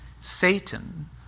Satan